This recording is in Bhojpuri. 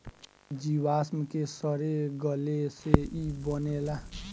जीवाश्म के सड़े गले से ई बनेला